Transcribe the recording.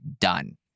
done